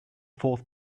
fourth